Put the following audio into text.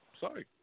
Sorry